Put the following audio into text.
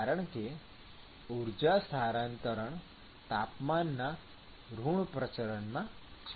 કારણ કે ઉર્જા સ્થાનાંતરણ તાપમાનના ઋણ પ્રચલનમાં છે